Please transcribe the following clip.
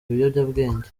ibiyobyabwenge